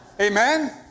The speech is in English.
Amen